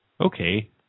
okay